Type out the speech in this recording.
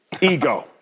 Ego